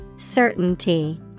Certainty